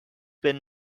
been